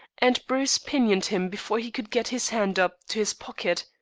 and bruce pinioned him before he could get his hand up to his pocket.